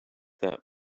that